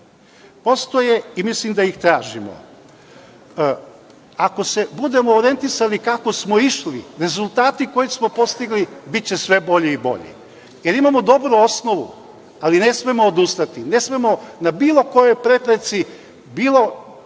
postoje i mislim da ih tražimo. Ako se budemo orijentisali kako smo išli rezultati koje smo postigli biće sve bolji i bolji, jer imamo dobru osnovu, ali ne smemo odustati, ne smemo na bilo kojoj prepreci, bilo